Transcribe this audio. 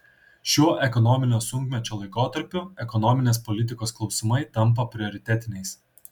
šiuo ekonominio sunkmečio laikotarpiu ekonominės politikos klausimai tampa prioritetiniais